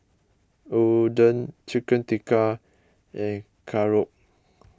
Oden Chicken Tikka and Korokke